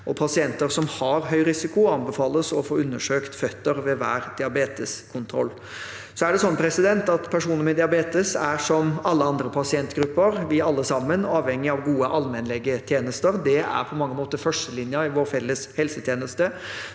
pasienter som har høy risiko, anbefales å få undersøkt føtter ved hver diabeteskontroll. Personer med diabetes er, som alle andre pasientgrupper og oss alle sammen, avhengig av gode allmennlegetjenester. Det er på mange måter førstelinjen i vår felles helsetjeneste.